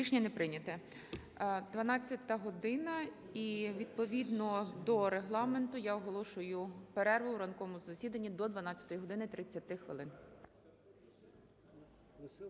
Рішення не прийнято. 12 година, і відповідно до Регламенту я оголошую перерву в ранковому засіданні до 12 години 30 хвилин.